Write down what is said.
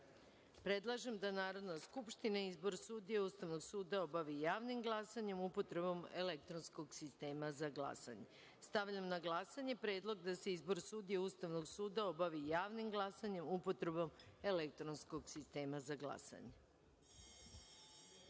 Srbije. Predlažem da Narodna skupština izbor sudije Ustavnog suda obavi javnim glasanjem, upotrebom elektronskog sistema za glasanje. Stavljam na glasanje Predlog da se izbor sudija Ustavnog suda obavi javnim glasanjem, upotrebom elektronskog sistema za